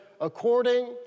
according